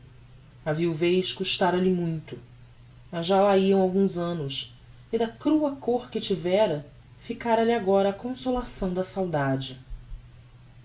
a viuvez custara lhe muito mas já lá iam alguns annos e da crua dor que tivera ficara-lhe agora a consolação da saudade